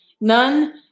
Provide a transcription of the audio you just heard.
None